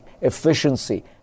efficiency